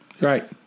Right